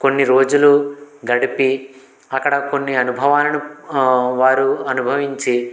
కొన్ని రోజులు గడిపి అక్కడ కొన్ని అనుభవాలను వారు అనుభవించి